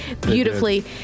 beautifully